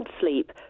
sleep